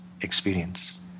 experience